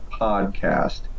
podcast